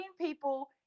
people